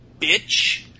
bitch